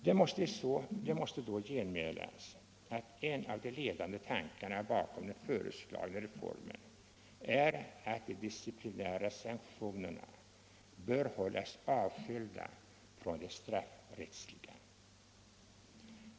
Det måste då genmälas att en av de ledande tankarna bakom den föreslagna reformen är att de disciplinära sanktionerna bör hållas avskilda från de straffrättsliga.